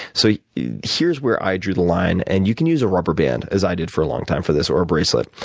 so here's where i drew the line, and you can use a rubber band as i did for a long time for this, or a bracelet.